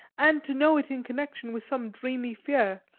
and to know it in connection with some dreamy fear,